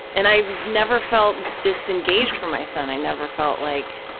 and i never felt disengaged from my son. i never felt like,